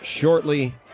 shortly